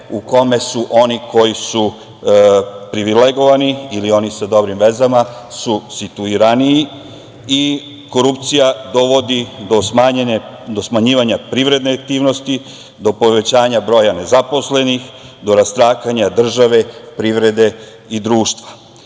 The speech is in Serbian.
u kome su oni koji su privilegovani ili oni sa dobrim vezama situiraniji. Korupcija dovodi do smanjivanja privredne aktivnosti, do povećanja broja nezaposlenih, do rastakanja države, privrede i društva.